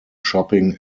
shopping